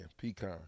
Pecan